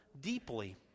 deeply